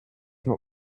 not